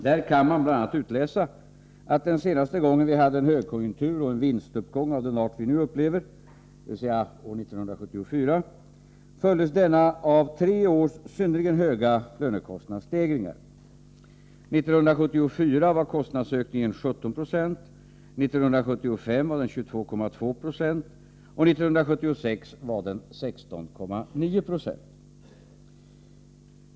Där kan man bl.a. utläsa, att den senaste gången vi hade en högkonjunktur och en vinstuppgång av den art vi nu upplever — dvs. år 1974 — följdes denna av tre års synnerligen höga lönekostnadsstegringar. År 1974 var kostnadsökningen 17,0 96, 1975 var den 22,2 20 och 1976 var den 16,9 90.